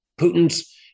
Putin's